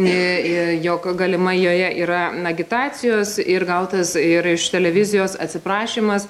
jog galimai joje yra agitacijos ir gautas ir iš televizijos atsiprašymas